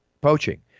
Poaching